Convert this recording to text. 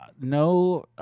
no